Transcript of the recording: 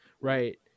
right